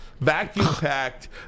vacuum-packed